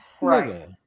Right